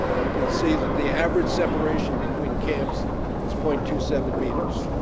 you can see that the average separation between camps is point two seven meters.